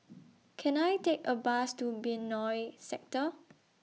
Can I Take A Bus to Benoi Sector